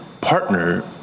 partner